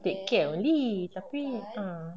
take care only tapi ah